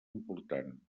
important